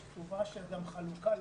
שיש גם חלוקה לימים.